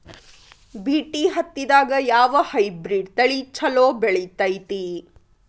BT ಹತ್ತಿದಾಗ ಯಾವ hybrid ತಳಿ ಛಲೋ ಬೆಳಿತೈತಿ?